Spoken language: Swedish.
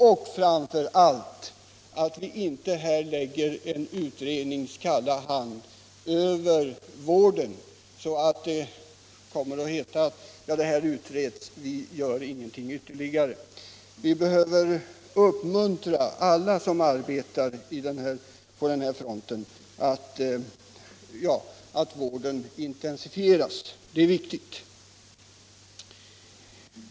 Men framför allt beror det på att vi inte vill lägga en utrednings kalla hand över vården på detta område, så att det kommer att heta: Den här frågan utreds, så vi gör ingenting ytterligare. —- Vi behöver uppmuntra alla som arbetar på den här fronten och se till att vården intensifieras: Det är viktigt.